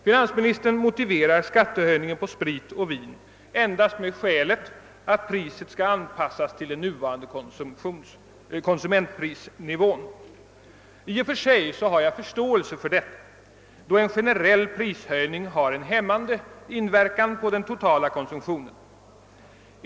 Finansministern motiverar skattehöjningen på sprit och vin endast med skälet att priset skall anpassas till den nuvarande allmänna konsumentprisnivån. I och för sig har jag förståelse för detta, då en generell prishöjning har en hämmande inverkan på den totala konsumtionen.